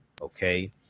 Okay